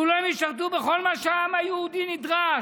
כולם ישרתו בכל מה שהעם היהודי נדרש: